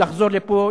לחזור לפה,